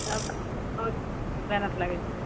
तब बहुत मेहनत लगै छै